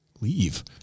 leave